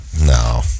No